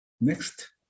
next